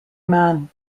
man